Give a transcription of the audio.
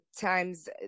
times